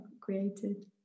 created